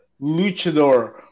luchador